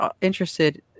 interested